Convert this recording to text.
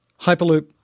Hyperloop